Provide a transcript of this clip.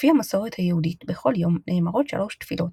לפי המסורת היהודית בכל יום נאמרות שלוש תפילות,